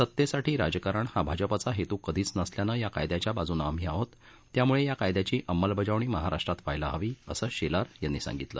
सत्तेसाठी राजकारण हा भाजपचा हेतू कधीच नसल्यानं या कायद्याच्या बाजूनं आम्ही आहोत त्यामुळे या कायद्याची अंमलबजावणी महाराष्ट्रात व्हायला हवी असं शेलार यांनी सांगितलं